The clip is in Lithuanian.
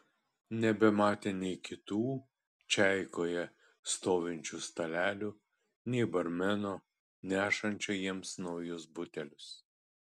nebematė nei kitų čaikoje stovinčių stalelių nei barmeno nešančio jiems naujus butelius